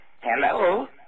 Hello